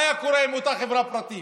מה היה קורה עם אותה חברה פרטית?